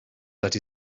that